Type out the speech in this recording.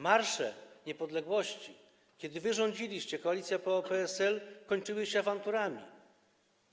Marsze niepodległości, kiedy wy rządziliście, koalicja PO i PSL, kończyły się awanturami,